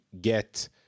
get